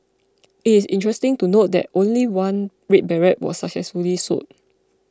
it is interesting to note that only one red beret was successfully sold